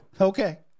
Okay